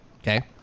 Okay